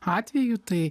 atveju tai